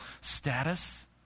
status